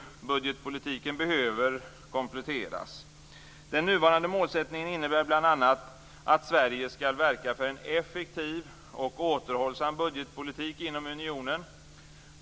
budgetpolitiken behöver kompletteras. Den nuvarande målsättningen innebär bl.a. att Sverige skall verka för en effektiv och återhållsam budgetpolitik inom unionen.